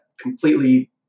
completely